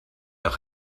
doch